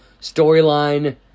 Storyline